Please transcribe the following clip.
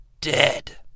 Dead